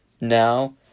Now